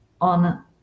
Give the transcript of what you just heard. on